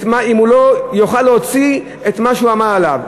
אם הוא לא יוכל להוציא את מה שהוא עמל עליו.